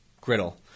griddle